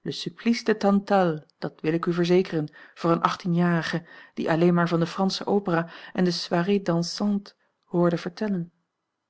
le supplice de tantale dat wil ik u verzekeren voor eene achttienjarige die alleen maar a l g bosboom-toussaint langs een omweg van de fransche opera en de soirées dansantes hoorde vertellen